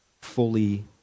fully